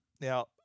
Now